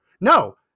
No